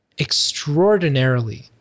extraordinarily